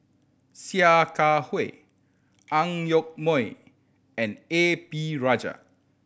Sia Kah Hui Ang Yoke Mooi and A P Rajah